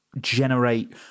generate